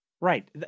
Right